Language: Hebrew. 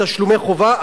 תשלומי חובה,